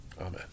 Amen